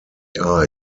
are